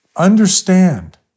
understand